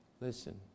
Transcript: Listen